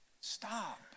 stop